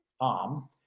arm